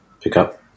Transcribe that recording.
pickup